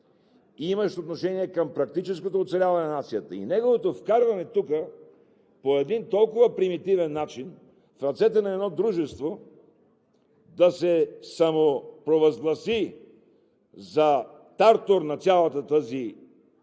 имащ отношение към практическото оцеляване на нацията. Неговото вкарване тук по един толкова примитивен начин в ръцете на едно дружество да се самопровъзгласи за тартор на цялата тази